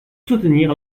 soutenir